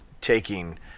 taking